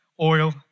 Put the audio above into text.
oil